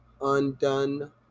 undone